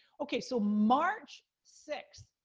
okay, so march sixth,